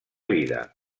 vida